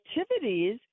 activities